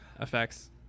effects